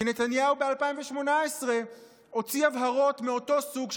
כי נתניהו ב-2018 הוציא הבהרות מאותו סוג,